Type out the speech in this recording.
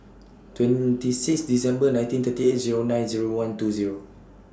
twenty six December nineteen thirty eight Zero nine Zero one two Zero